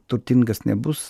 turtingas nebus